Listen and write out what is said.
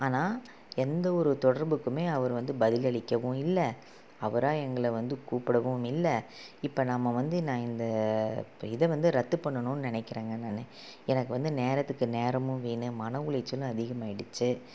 ஆனால் எந்த ஒரு தொடர்புக்குமே அவர் வந்து பதிலே அளிக்கவும் இல்லை அவராக எங்களை வந்து கூப்பிடவும் இல்லை இப்போ நம்ம வந்து நான் இந்த இப்போ இதை வந்து ரத்து பண்ணணும்னு நெனைக்கிறேங்க நான் எனக்கு வந்து நேரத்துக்கு நேரமும் வீண் மன உளைச்சலும் அதிகமாயிடுச்சு